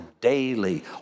daily